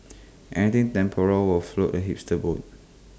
anything temporal will float A hipster's boat